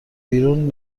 بیرون